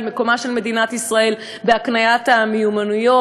מקומה של מדינת ישראל בהקניית המיומנויות,